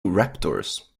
raptors